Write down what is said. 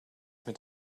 mit